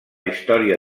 història